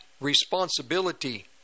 responsibility